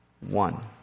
one